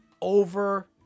over